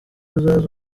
uzaze